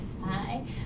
Hi